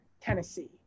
Tennessee